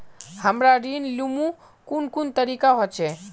हमरा ऋण लुमू कुन कुन तरीका होचे?